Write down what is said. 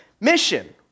mission